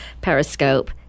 Periscope